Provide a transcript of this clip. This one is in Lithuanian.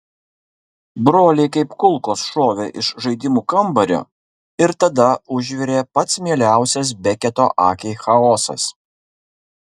broliai kaip kulkos šovė iš žaidimų kambario ir tada užvirė pats mieliausias beketo akiai chaosas